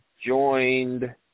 joined